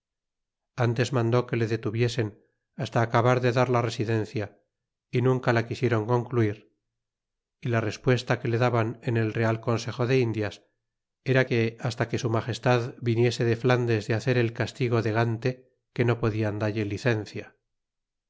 antes mandts que le detuviesen hasta acabar de dar la residencia y nunca la quisieron concluir y la respuesta que le daban en el real consejo de indias era que hasta que su magestad viniese de flandes de hacer el castigo de gante que no podían dalle licencia